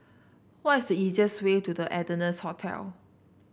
what is the easiest way to The Ardennes Hotel